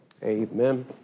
Amen